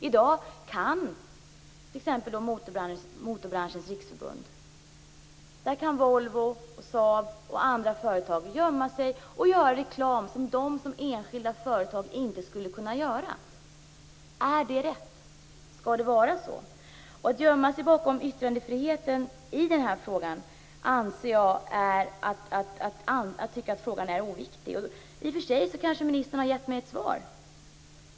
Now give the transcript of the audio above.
I dag kan t.ex. Volvo, Saab och andra företag gömma sig bakom Motorbranschens Riksförbund och göra reklam som de som enskilda företag inte skulle kunna göra. Är det rätt? Skall det vara så? Att gömma sig bakom yttrandefriheten i den här frågan anser jag är att tycka att frågan är oviktig. I och för sig kanske ministern har gett mig ett svar.